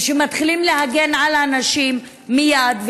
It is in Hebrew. ושמתחילים להגן על הנשים מייד,